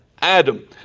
Adam